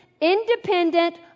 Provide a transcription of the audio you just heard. independent